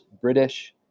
British